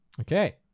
Okay